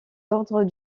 ordres